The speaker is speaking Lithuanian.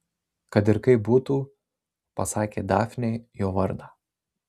kad ir kaip būtų pasakė dafnei jo vardą